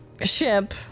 ship